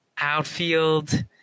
Outfield